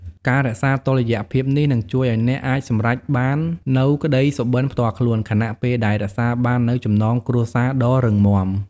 ការរក្សាតុល្យភាពនេះ នឹងជួយអ្នកឲ្យអាចសម្រេចបាននូវក្ដីសុបិនផ្ទាល់ខ្លួន ខណៈពេលដែលរក្សាបាននូវចំណងគ្រួសារដ៏រឹងមាំ ។